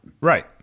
Right